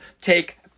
Take